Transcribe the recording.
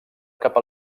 cap